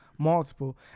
Multiple